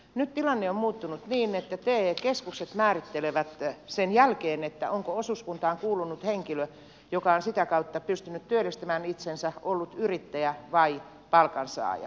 nyt tilanne on muuttunut niin että te keskukset määrittelevät sen jälkeen onko osuuskuntaan kuulunut henkilö joka on sitä kautta pystynyt työllistämään itsensä ollut yrittäjä vai palkansaaja